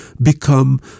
become